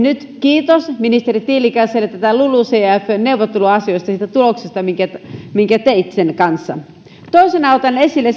nyt kiitos ministeri tiilikaiselle näistä lulucf neuvotteluasioista siitä tuloksesta minkä minkä teit sen kanssa toisena otan esille